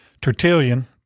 Tertullian